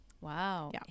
wow